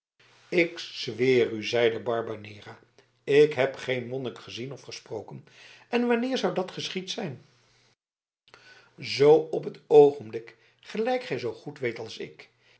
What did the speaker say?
ik zweer u zeide barbanera ik heb geen monnik gezien of gesproken en wanneer zou dat geschied zijn zoo op t oogenblik gelijk gij zoo goed weet als ik